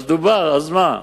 אז דובר, אז מה?